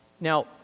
Now